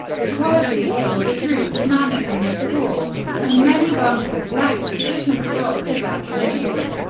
the quality of some of the troops manning them was poor and many bunkers lacked sufficient stocks of ammunition.